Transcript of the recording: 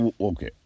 okay